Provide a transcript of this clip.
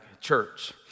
Church